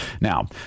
Now